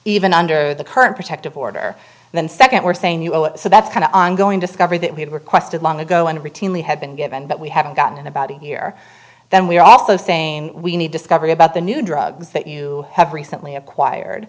even under the current protective order and then second we're saying you so that's kind of ongoing discovery that we had requested long ago and routinely have been given but we haven't gotten in about a year then we are also saying we need discovery about the new drugs that you have recently acquired